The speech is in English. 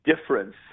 difference